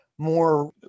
more